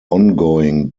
ongoing